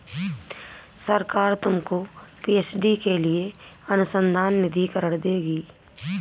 सरकार तुमको पी.एच.डी के लिए अनुसंधान निधिकरण देगी